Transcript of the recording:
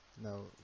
No